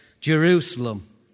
Jerusalem